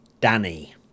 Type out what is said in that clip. danny